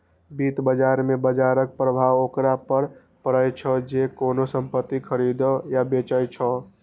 वित्त बाजार मे बाजरक प्रभाव ओकरा पर पड़ै छै, जे कोनो संपत्ति खरीदै या बेचै छै